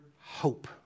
hope